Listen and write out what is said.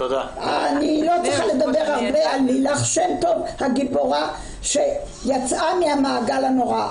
אני לא צריכה לדבר הרבה על לילך שם-טוב הגיבורה שיצאה מהמעגל הנורא,